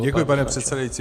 Děkuji, pane předsedající.